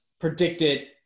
predicted